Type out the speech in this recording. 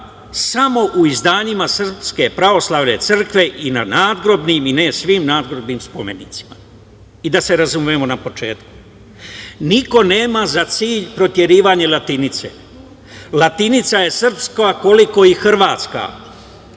samo u izdanjima Srpske pravoslavne crkve i na nadgrobnim i ne svim nadgrobnim spomenicima. Da se razumemo na početku, niko nema za cilj proterivanje latinice. Latinica je srpska koliko i hrvatska,